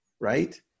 right